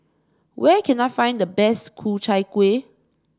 where can I find the best Ku Chai Kueh